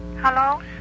Hello